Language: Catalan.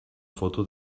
foto